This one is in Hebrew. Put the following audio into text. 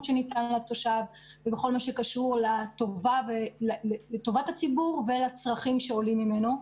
שניתן לתושב ובכל מה שקשור לטובת הציבור ולצרכים שעולים ממנו.